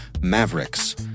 Mavericks